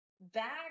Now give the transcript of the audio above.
back